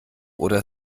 oder